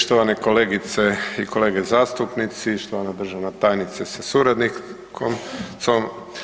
Štovane kolegice i kolege zastupnici, štovana državna tajnice sa suradnicom.